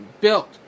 built